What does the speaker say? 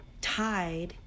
tied